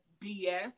BS